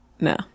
No